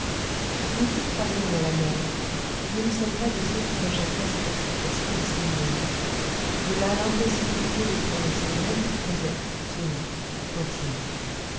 nous qui croyons en la mort nous ne sommes pas de ceux qui rejetteraient cette explication mystérieuse de là l'impossibilité de prononcer même pour cosette ce nom fantine